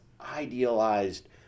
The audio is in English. idealized